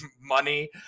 money